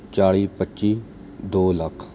ਚਾਲ਼ੀ ਪੱਚੀ ਦੋ ਲੱਖ